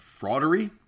fraudery